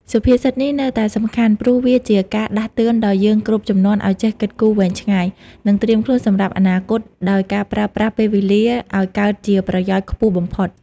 សុភាសិតនេះនៅតែសំខាន់ ព្រោះវាជាការដាស់តឿនដល់យើងគ្រប់ជំនាន់ឱ្យចេះគិតគូរវែងឆ្ងាយ និងត្រៀមខ្លួនសម្រាប់អនាគតដោយការប្រើប្រាស់ពេលវេលាឱ្យកើតជាប្រយោជន៍ខ្ពស់បំផុត ។